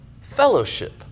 fellowship